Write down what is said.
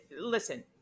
Listen